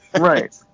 Right